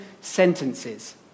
sentences